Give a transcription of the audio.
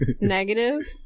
Negative